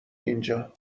اینجا